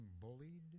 bullied